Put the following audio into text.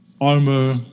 armor